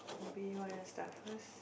maybe you want to start first